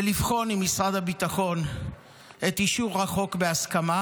ולבחון עם משרד הביטחון את אישור החוק בהסכמה.